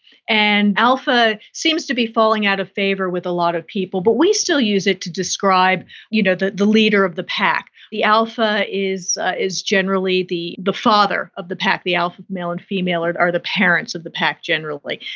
and alpha seems to be falling out of favor with a lot of people. but we still use it to describe you know the the leader of the pack. the alpha is ah is generally the the father of the pack, the alpha male and female are the parents of the pack, generally,